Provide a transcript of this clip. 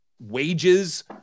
wages –